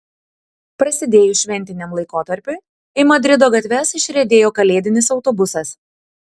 prasidėjus šventiniam laikotarpiui į madrido gatves išriedėjo kalėdinis autobusas